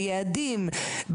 ביעדים,